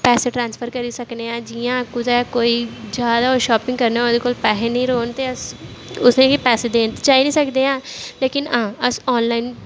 पैसे ट्रांसफर करी सकने आं जियां कुतै कोई जा दा होऐ ओह्दे कोल पैहे निं रौह्न ते अस उसी बी पैसे देन जाई नी सकदे ऐं लेकिन हां अस आनलाइन